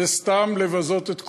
זה סתם לבזות את כולנו,